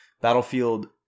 Battlefield